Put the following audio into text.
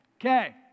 Okay